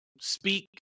speak